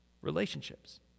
Relationships